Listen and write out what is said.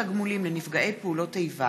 הצעת חוק התגמולים לנפגעי פעולות איבה